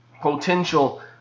potential